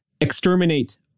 exterminate